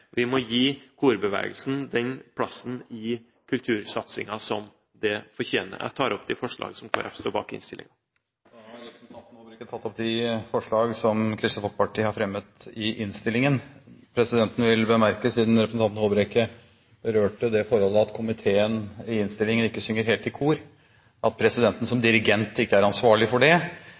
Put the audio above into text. vi må gi korbevegelsen den plassen i kultursatsingen som den fortjener. Jeg tar opp de forslagene som Kristelig Folkeparti står bak i innstillingen. Representanten Øyvind Håbrekke har tatt opp de forslagene han refererte til. Presidenten vil bemerke, siden representanten Håbrekke berørte det forholdet at komiteen i innstillingen ikke synger helt i kor, at presidenten som dirigent ikke er ansvarlig for det!